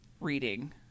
reading